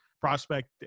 prospect